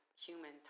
human